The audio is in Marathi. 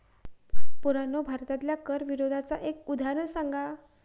पोरांनो भारतातल्या कर विरोधाचा एक उदाहरण सांगा